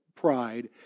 pride